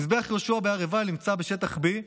מזבח יהושע בהר עיבל נמצא בשטח B,